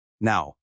Now